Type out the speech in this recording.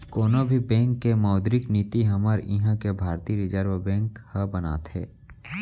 कोनो भी बेंक के मौद्रिक नीति हमर इहाँ के भारतीय रिर्जव बेंक ह बनाथे